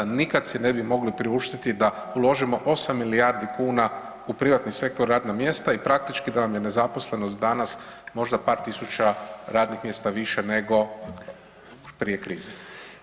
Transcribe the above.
Nikad si ne bi mogli priuštiti da uložimo 8 milijardi kuna u privatni sektor, radna mjesta i praktički da vam je nezaposlenost danas možda par tisuća radnih mjesta više nego prije krize.